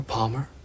Palmer